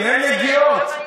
תן נגיעות.